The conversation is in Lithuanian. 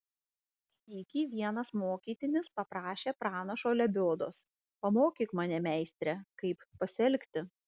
sykį vienas mokytinis paprašė pranašo lebiodos pamokyk mane meistre kaip pasielgti